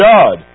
God